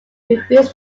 reviews